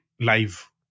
live